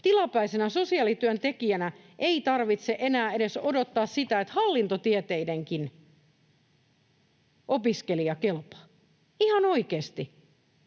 Tilapäisenä sosiaalityöntekijänä ei tarvitse enää edes odottaa sitä, että hallintotieteidenkin opiskelija kelpaa. Ihan oikeasti: